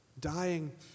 Dying